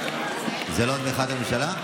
הממשלה, זה לא בתמיכת הממשלה?